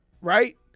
right